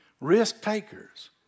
risk-takers